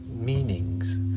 meanings